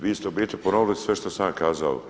Vi ste u biti ponovili sve što sam ja kazao.